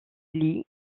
lee